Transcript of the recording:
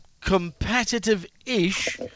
competitive-ish